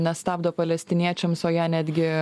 nestabdo palestiniečiams o ją netgi